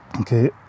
okay